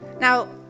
Now